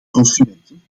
consumenten